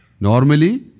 normally